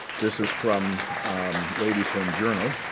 this is from ladies home journal,